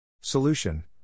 Solution